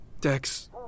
Dex